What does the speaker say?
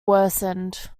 worsened